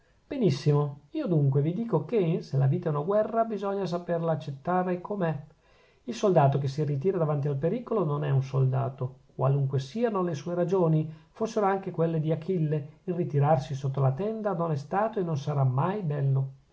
benissimo io dunque vi dico che se la vita è una guerra bisogna saperla accettare com'è il soldato che si ritira davanti al pericolo non è un soldato qualunque siano le sue ragioni fossero anche quelle di achille il ritirarsi sotto la tenda non è stato e non sarà mai bello